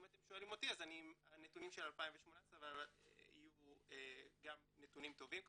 אם אתם שואלים אותי הנתונים של 2018 יהיו גם נתונים טובים כמובן,